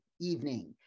evening